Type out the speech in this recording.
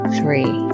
three